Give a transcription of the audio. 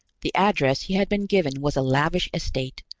the address he had been given was a lavish estate,